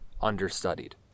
understudied